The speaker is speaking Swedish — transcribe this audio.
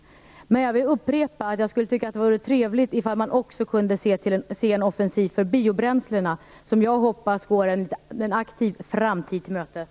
Jag vill upprepa att jag tycker att det vore trevligt om vi också kunde få se en offensiv för biobränslena, som jag hoppas går en aktiv framtid till mötes.